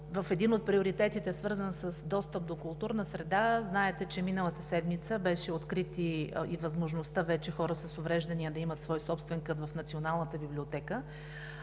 Един от приоритетите е свързан с достъп до културна среда. Знаете, че миналата седмица беше открита и възможността вече хора с увреждания да имат свой собствен кът в Националната библиотека,